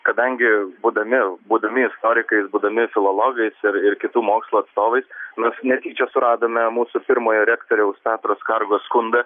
kadangi būdami būdami istorikais būdami filologais ir ir kitų mokslo atstovais mes netyčia suradome mūsų pirmojo rektoriaus petro skargos skundą